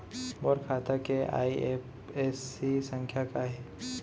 मोर खाता के आई.एफ.एस.सी संख्या का हे?